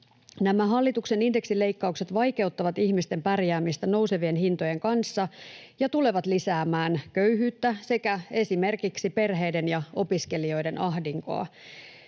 hallituksen indeksileikkaukset vaikeuttavat ihmisten pärjäämistä nousevien hintojen kanssa ja tulevat lisäämään köyhyyttä sekä esimerkiksi perheiden ja opiskelijoiden ahdinkoa.